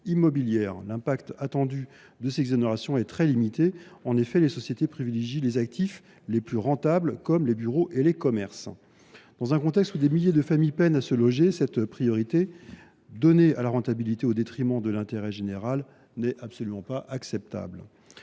immobilière. L’impact attendu de ces exonérations est par ailleurs très limité. En effet, les sociétés privilégient les actifs les plus rentables, comme les bureaux et les commerces. Dans un contexte où des milliers de familles peinent à se loger, cette priorité donnée à la rentabilité au détriment de l’intérêt général n’est absolument pas acceptable.